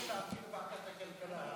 אני מבקש להעביר לוועדת הכלכלה.